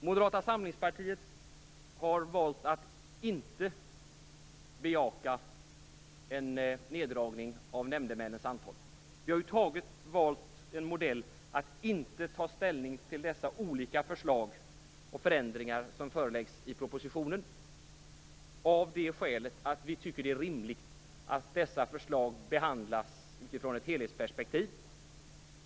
Moderata samlingspartiet har valt att inte bejaka en neddragning av nämndemännens antal. Vi har valt en modell som innebär att vi inte tar ställning till dessa olika förslag och förändringar som föreläggs i propositionen, av det skälet att vi tycker att det är rimligt att förslagen behandlas utifrån ett helhetsperspektiv.